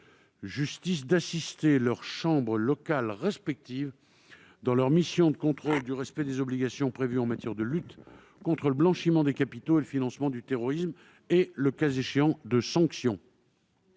justice d'assister leurs chambres locales respectives dans leur mission de contrôle du respect des obligations prévues en matière de lutte contre le blanchiment des capitaux et le financement du terrorisme et, le cas échéant, de sanction.